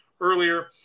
earlier